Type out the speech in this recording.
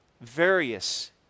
various